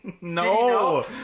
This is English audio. No